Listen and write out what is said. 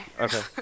Okay